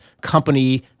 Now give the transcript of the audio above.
company